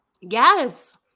Yes